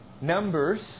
Numbers